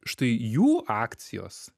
štai jų akcijos